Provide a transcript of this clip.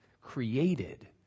created